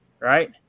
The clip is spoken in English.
Right